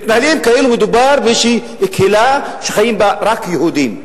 מתנהלים כאילו מדובר באיזו קהילה שחיים בה רק יהודים,